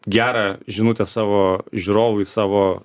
gerą žinutę savo žiūrovui savo